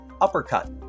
uppercut